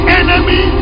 enemy